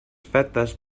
fetes